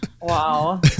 Wow